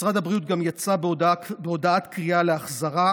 משרד הבריאות גם יצא בהודעת קריאה להחזרה,